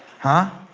huh